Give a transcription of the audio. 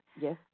Yes